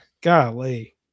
Golly